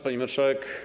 Pani Marszałek!